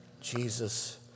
Jesus